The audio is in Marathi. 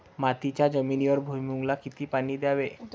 मातीच्या जमिनीवर भुईमूगाला किती पाणी द्यावे?